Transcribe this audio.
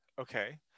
okay